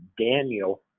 daniel